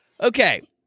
Okay